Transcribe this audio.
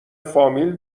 فامیل